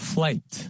Flight